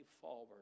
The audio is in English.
forward